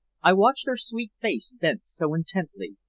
i watched her sweet face bent so intently,